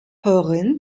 gehören